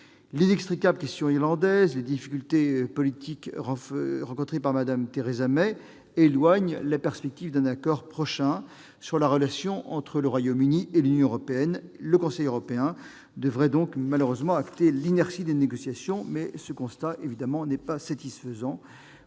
L'inextricable question irlandaise et les difficultés politiques rencontrées par Theresa May éloignent la perspective d'un accord prochain sur la relation entre le Royaume-Uni et l'Union européenne. Le Conseil européen devrait acter l'inertie des négociations, mais ce simple constat n'est pas satisfaisant.